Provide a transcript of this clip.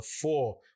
four